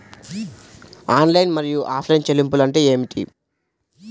Online మరియు offline చెల్లింపులు అంటే ఏమిటి?